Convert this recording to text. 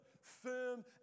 firm